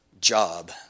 job